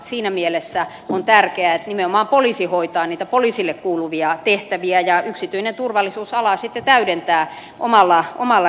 siinä mielessä on tärkeää että nimenomaan poliisi hoitaa niitä poliisille kuuluvia tehtäviä ja yksityinen turvallisuusala sitten täydentää omalla reviirillään